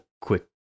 quick